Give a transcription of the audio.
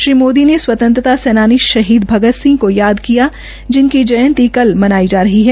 श्री मोदी ने स्वंतत्रता सैनानी शहीद भगत सिंह को याद किया जिनकी जयंती कल मनाई जा रही है